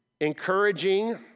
encouraging